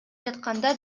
жатканда